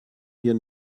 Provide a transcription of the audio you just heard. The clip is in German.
hier